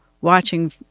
watching